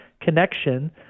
connection